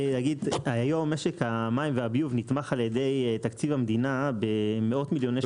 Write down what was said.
היום משק המים והביוב נתמך על ידי תקציב המדינה במאות מיליוני שקלים.